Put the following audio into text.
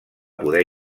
poder